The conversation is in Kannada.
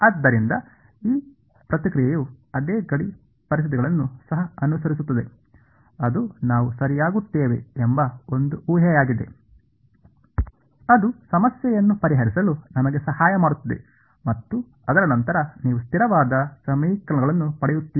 ಆದ್ದರಿಂದ ಈ ಪ್ರತಿಕ್ರಿಯೆಯು ಅದೇ ಗಡಿ ಪರಿಸ್ಥಿತಿಗಳನ್ನು ಸಹ ಅನುಸರಿಸುತ್ತದೆ ಅದು ನಾವು ಸರಿಯಾಗುತ್ತೇವೆ ಎಂಬ ಒಂದು ಉಹೆಯಾಗಿದೆ ಅದು ಸಮಸ್ಯೆಯನ್ನು ಪರಿಹರಿಸಲು ನಮಗೆ ಸಹಾಯ ಮಾಡುತ್ತದೆ ಮತ್ತು ಅದರ ನಂತರ ನೀವು ಸ್ಥಿರವಾದ ಸಮೀಕರಣಗಳನ್ನು ಪಡೆಯುತ್ತೀರಿ